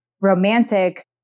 romantic